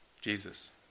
Jesus